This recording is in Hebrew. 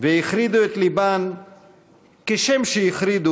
אכרם חסון,